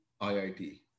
IIT